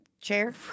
chair